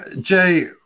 Jay